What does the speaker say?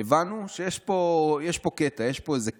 הבנו שיש פה קטע, יש פה איזה catch.